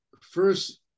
first